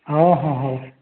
ହଁ ହଁ ହଉ